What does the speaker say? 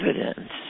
evidence